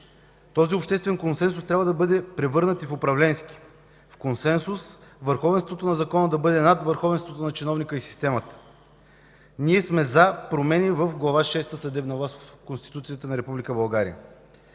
Този обществен консенсус трябва да бъде превърнат и в управленски – в консенсус върховенството на закона да бъде над върховенството на чиновника и системата. Ние сме за промени в Глава шеста „Съдебна власт” от Конституцията на